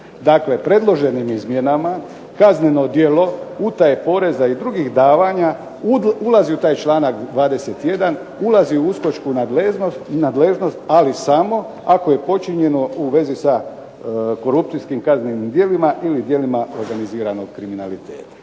Dakle, predloženim izmjenama kazneno djelo utaje poreza i drugih davanja, ulazi u taj članak 21. ulazi u uskočku nadležnost ali samo ako je počinjeno u vezi sa korupcijskim kaznenim djelima ili djelima organiziranog kriminaliteta.